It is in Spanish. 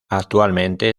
actualmente